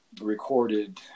recorded